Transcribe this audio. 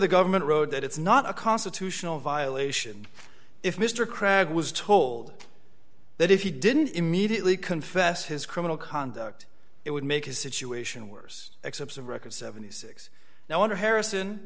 the government road that it's not a constitutional violation if mr cragg was told that if he didn't immediately confess his criminal conduct it would make his situation worse excerpts of record seventy six now under harrison